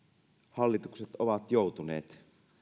hallitukset ovat joutuneet